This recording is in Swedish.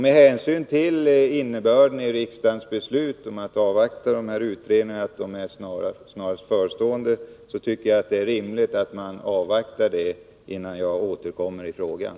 Med hänsyn till innebörden i riksdagens beslut och att betänkandena kommer att föreligga med det allra snaraste tycker jag att det är rimligt att avvakta dessa innan jag återkommer i frågan.